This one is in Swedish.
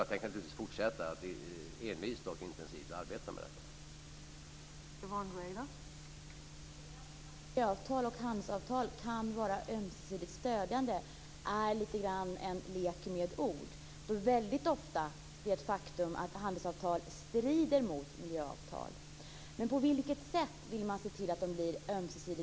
Jag tänker naturligtvis envist och intensivt fortsätta att arbeta med detta.